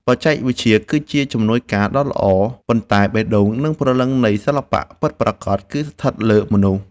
បច្ចេកវិទ្យាគឺជាជំនួយការដ៏ល្អ ប៉ុន្តែ បេះដូង និង ព្រលឹងនៃសិល្បៈពិតប្រាកដគឺស្ថិតលើមនុស្ស។